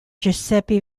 giuseppe